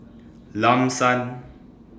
Lam San